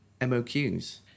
MOQs